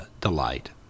delight